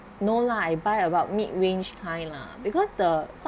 no lah I buy about mid range kind lah because the some